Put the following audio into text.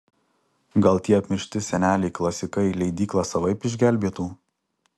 gal tie apmiršti seneliai klasikai leidyklą savaip išgelbėtų